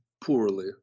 poorly